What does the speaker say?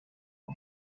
why